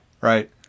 right